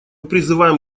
призываем